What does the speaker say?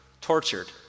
tortured